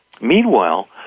Meanwhile